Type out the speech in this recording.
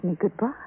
Goodbye